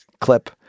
clip